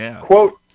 Quote